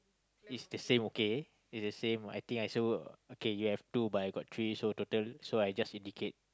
is the same okay is the same I think I also okay you have two but I got three so total so I just indicate